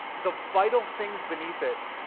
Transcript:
the vital things beneath it